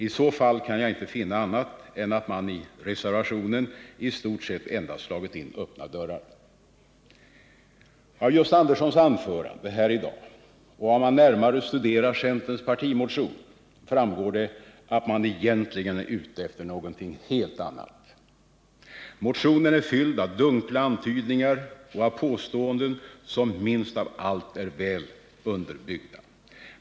I så fall kan jag inte finna annat än att man i reservationen i stort sett endast slagit in öppna dörrar. Av Gösta Anderssons anförande här i dag och av ett närmare studium av centerns partimotion framgår att man egentligen är ute efter någonting helt annat. Motionen är fylld av dunkla antydningar och av påståenden som minst av allt är väl underbyggda.